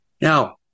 Now